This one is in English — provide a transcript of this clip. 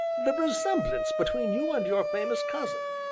the resemblance between you and your famous cousin.